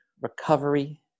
recovery